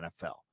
NFL